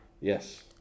Yes